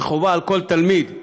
שחובה על כל תלמיד לשלמם,